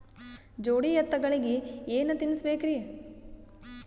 ಜೋಡಿ ಎತ್ತಗಳಿಗಿ ಏನ ತಿನಸಬೇಕ್ರಿ?